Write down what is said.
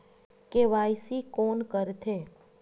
KYC कोन करथे?